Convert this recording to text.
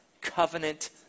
covenant